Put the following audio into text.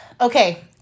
Okay